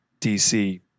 DC